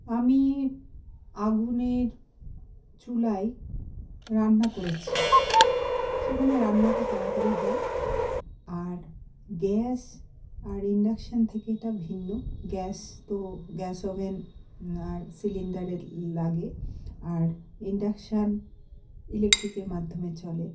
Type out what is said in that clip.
আমি আগুনের চুলায় রান্না করেছি সেখানে রান্নাটা তাড়াতাড়ি হয় আর গ্যাস আর ইন্ডাকশান থেকে এটা ভিন্ন গ্যাস তো গ্যাস ওভেন আর সিলিন্ডারে লাগে আর ইন্ডাকশান ইলেকট্রিকের মাধ্যমে চলে